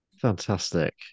fantastic